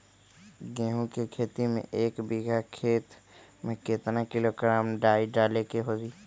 गेहूं के खेती में एक बीघा खेत में केतना किलोग्राम डाई डाले के होई?